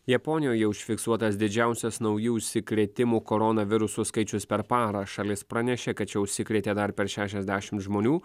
japonijoje užfiksuotas didžiausias naujų užsikrėtimų koronavirusu skaičius per parą šalis pranešė kad čia užsikrėtė dar per šešiasdešimt žmonių